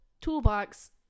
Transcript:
toolbox